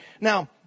Now